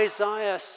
Isaiah